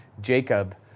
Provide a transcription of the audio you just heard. Jacob